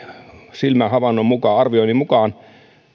silmähavainnon mukaan arvioni mukaan